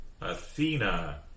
Athena